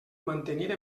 mantenir